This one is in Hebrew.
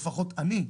לפחות אני,